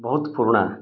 ବହୁତ ପୁରୁଣା